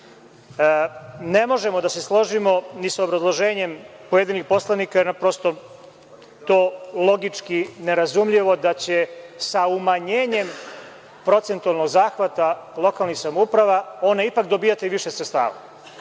ne. Ne možemo da se složimo ni sa obrazloženjem pojedinih poslanika, jer nam je to prosto logički nerazumljivo da će sa umanjenjem procentualnog zahvata lokalnih samouprava one ipak dobijati više sredstava.